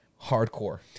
hardcore